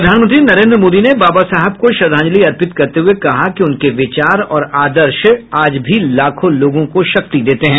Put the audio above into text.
प्रधानमंत्री नरेन्द्र मोदी ने बाबा साहेब को श्रद्धांजलि अर्पित करते हुए कहा कि उनके विचार और आदर्श आज भी लाखो लोगों को शक्ति देते हैं